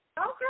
Okay